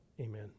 Amen